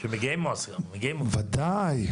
ודאי,